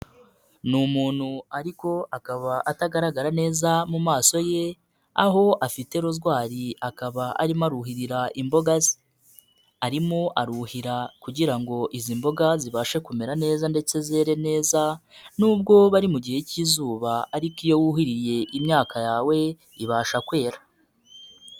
Ni umuntu ariko akaba atagaragara neza mu maso ye aho afite rozwari akaba arimo aruhirira imboga ze, arimo aruhira kugira ngo izi mboga zibashe kumera neza ndetse zere neza n'ubwo bari mu gihe k'izuba ariko iyo wuhiriye imyaka yawe ibasha kwera.